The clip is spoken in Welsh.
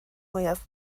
mwyaf